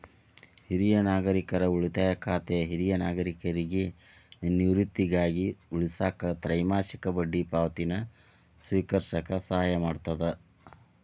ಹಿರಿಯ ನಾಗರಿಕರ ಉಳಿತಾಯ ಖಾತೆ ಹಿರಿಯ ನಾಗರಿಕರಿಗಿ ನಿವೃತ್ತಿಗಾಗಿ ಉಳಿಸಾಕ ತ್ರೈಮಾಸಿಕ ಬಡ್ಡಿ ಪಾವತಿನ ಸ್ವೇಕರಿಸಕ ಸಹಾಯ ಮಾಡ್ತದ